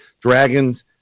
dragons